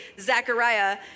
Zechariah